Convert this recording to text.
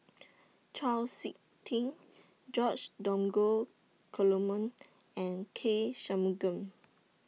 Chau Sik Ting George Dromgold Coleman and K Shanmugam